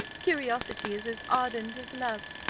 curiosity is as ardent as love,